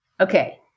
Okay